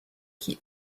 qui